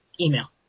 email